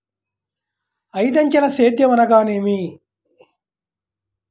ఐదంచెల సేద్యం అనగా నేమి?